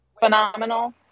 phenomenal